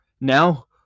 now